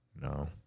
no